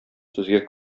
сезгә